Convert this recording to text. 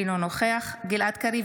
אינו נוכח גלעד קריב,